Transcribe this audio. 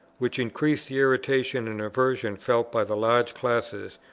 which increased the irritation and aversion felt by the large classes,